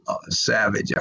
Savage